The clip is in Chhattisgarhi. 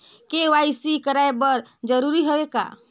के.वाई.सी कराय बर जरूरी हवे का?